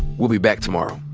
we'll be back tomorrow